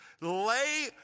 Lay